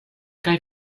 kaj